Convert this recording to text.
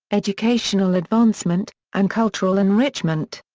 educational advancement, and cultural enrichment.